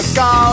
go